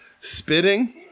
Spitting